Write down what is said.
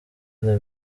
the